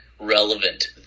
relevant